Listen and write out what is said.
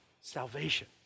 Salvation